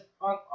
on